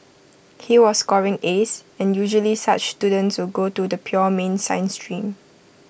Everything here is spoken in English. he was scoring as and usually such students will go to the pure mean science stream